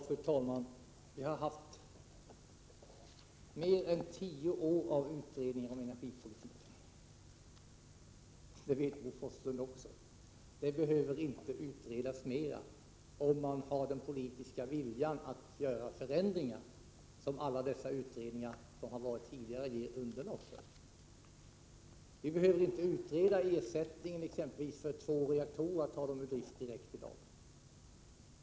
Fru talman! Under mer än tio år har energipolitiken utretts, och det vet Bo Forslund, och den behöver därför inte utredas mer om man har den politiska viljan att göra de förändringar som alla tidigare utredningar har gett underlag för. Man behöver t.ex. inte utreda frågan om den ersättning som krävs för att omedelbart ta två reaktorer ur drift.